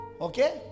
Okay